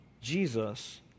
Jesus